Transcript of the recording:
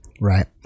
Right